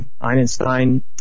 Einstein